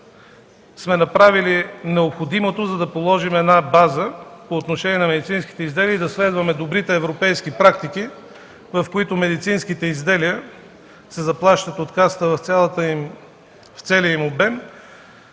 сме направили необходимото, за да положим една база по отношение на медицинските изделия и да следваме добрите европейски практики, в които медицинските изделия се заплащат от Касата в целия им обем,